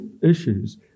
issues